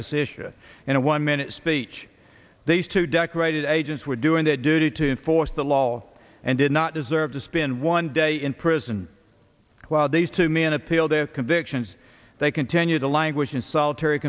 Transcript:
this issue in a one minute speech these two decorated agents were doing their duty to enforce the law and did not deserve to spend one day in prison while these two men appeal their convictions they continue to languish in solitary